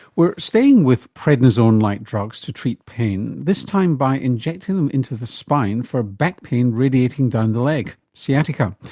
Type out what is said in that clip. we're staying with prednisone-like drugs to treat pain, this time by injecting them into the spine for back pain radiating down the leg sciatica.